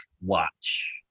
watch